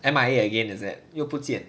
M_I_A again is it 又不见